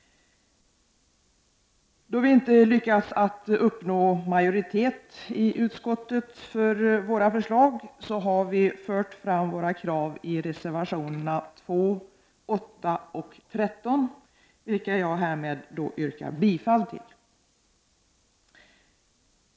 Då vi inte lyckats få majoritet i utskottet för våra förslag har vi fört fram våra krav i reservationerna 2, 8 och 13, vilka jag härmed yrkar bifall till.